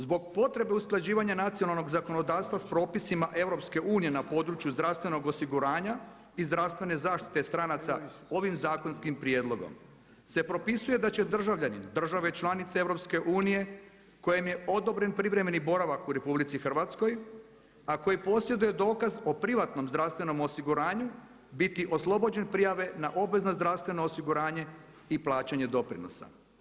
Zbog potrebe usklađivanja nacionalnog zakonodavstva s propisima EU-a na području zdravstvenog osiguranja, i zdravstvene zaštite stranaca, ovim zakonskim prijedlogom se propisuje da će državljanin države članice EU-a, kojim je odobren privremeni boravak u RH, a koji posjeduje dokaz o privatnom zdravstvenom osiguranju, biti oslobođen prijave na obvezno zdravstveno osiguranje i plaćanje doprinosa.